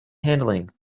handling